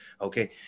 Okay